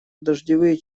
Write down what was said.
дождевые